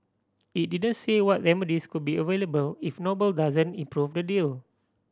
it didn't say what remedies could be available if Noble doesn't improve the deal